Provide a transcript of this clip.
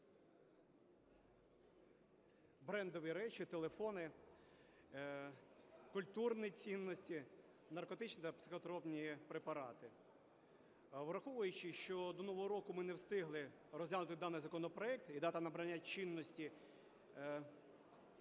брендові речі, телефони, культурні цінності, наркотичні та психотропні препарати. Враховуючи, що до нового року ми не встигли розглянути даний законопроект і дата набрання чинності,